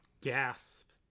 gasp